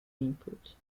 input